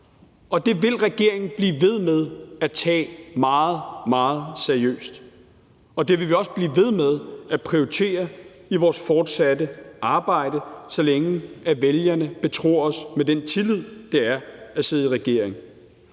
Det vil regeringen blive ved med at tage meget, meget seriøst, og det vil vi også blive ved med at prioritere i vores fortsatte arbejde, så længe vælgerne har tillid til os og betror os opgaven at sidde i regering.